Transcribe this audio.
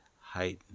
heightened